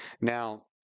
Now